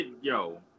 yo